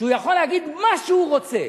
שהוא יכול להגיד מה שהוא רוצה